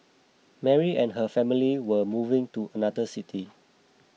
Mary and her family were moving to another city